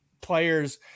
players